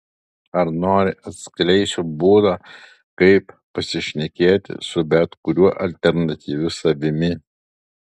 ar nori atskleisiu būdą kaip pasišnekėti su bet kuriuo alternatyviu savimi